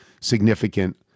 significant